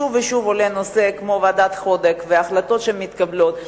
שוב ושוב עולה נושא כמו ועדת-חודק והחלטות שמתקבלות,